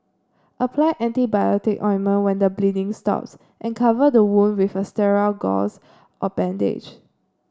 apply antibiotic ointment when the bleeding stops and cover the wound with a sterile gauze or bandage